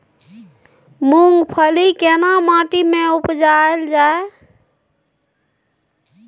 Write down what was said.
मूंगफली केना माटी में उपजायल जाय?